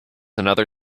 another